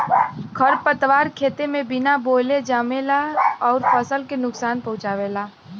खरपतवार खेते में बिना बोअले जामेला अउर फसल के नुकसान पहुँचावेला